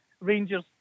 Rangers